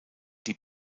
die